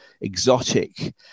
exotic